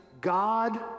God